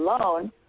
alone